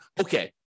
okay